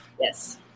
Yes